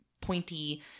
pointy